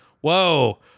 whoa